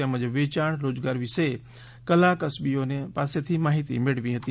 તેમજ વેચાણ રોજગાર વિશે કલા કસબીઓની માહિતિ મેળવી હતી